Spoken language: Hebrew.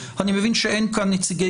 אני מבין שאין כאן נציגי